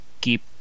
keep